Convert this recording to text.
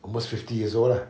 almost fifty years old lah